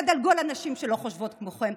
תדלגו על הנשים שלא חושבות כמוכן,